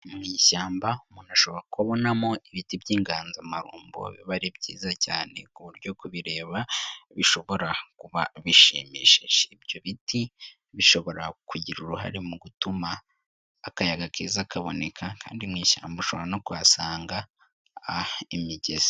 Mu ishyamba umuntu ashobora kubonamo ibiti by'inganzomarumbo biba ari byiza cyane ku buryo kubireba bishobora kuba bishimishije, ibyo biti bishobora kugira uruhare mu gutuma akayaga keza kaboneka, kandi mu ishyamba ushobora no kuhasanga imigezi.